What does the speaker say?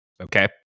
Okay